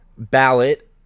Ballot